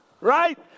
right